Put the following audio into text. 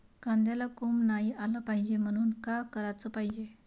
कांद्याला कोंब नाई आलं पायजे म्हनून का कराच पायजे?